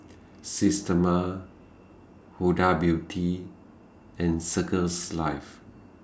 Systema Huda Beauty and Circles Life